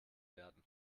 werden